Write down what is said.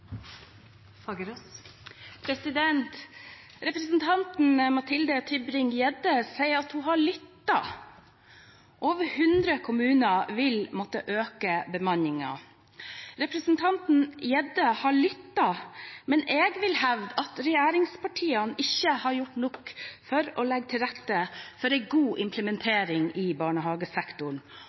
Representanten Mathilde Tybring-Gjedde sier at hun har lyttet. Over 100 kommuner vil måtte øke bemanningen. Representanten Tybring-Gjedde har lyttet, men jeg vil hevde at regjeringspartiene ikke har gjort nok for å legge til rette for en god implementering i barnehagesektoren.